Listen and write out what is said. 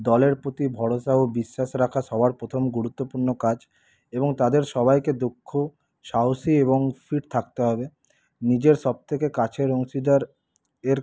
দলের প্রতি ভরসা ও বিশ্বাস রাখা সবার প্রথম গুরুত্বপূর্ণ কাজ এবং তাদের সবাইকে দক্ষ সাহসী এবং ফিট থাকতে হবে নিজের সব থেকে কাছের অংশীদারের